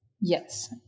Yes